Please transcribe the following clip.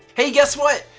hey guess what?